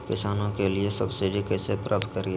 किसानों के लिए सब्सिडी कैसे प्राप्त करिये?